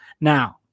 Now